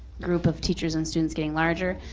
group of teachers and students getting larger?